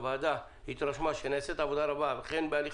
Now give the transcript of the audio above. הוועדה התרשמה שנעשית עבודה רבה בהליך